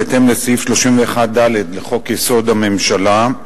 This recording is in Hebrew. בהתאם לסעיף 31(ד) לחוק-יסוד: הממשלה,